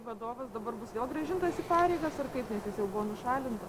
vadovas dabar bus vėl grąžintas į pareigas ar kaip nes jis jau buvo nušalintas